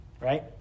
right